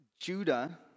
Judah